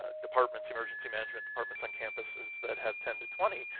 ah departments, emergency management departments on campuses that have ten to twenty,